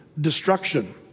destruction